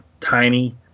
tiny